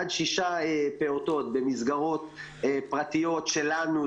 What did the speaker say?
עד שישה פעוטות במסגרות פרטיות שלנו,